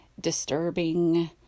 disturbing